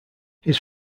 his